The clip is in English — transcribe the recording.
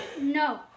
No